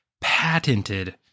patented